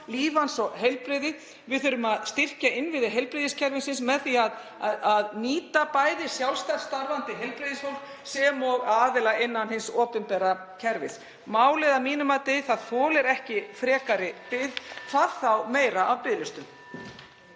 líf hans og heilbrigði. Við þurfum að styrkja innviði heilbrigðiskerfisins með því að nýta bæði sjálfstætt starfandi heilbrigðisfólk sem og aðila innan hins opinbera kerfis. Að mínu mati þolir málið ekki frekari bið og hvað þá meira af biðlistum.